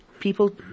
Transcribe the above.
People